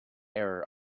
error